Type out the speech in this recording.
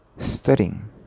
studying